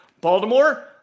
Baltimore